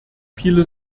viele